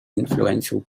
influential